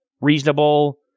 reasonable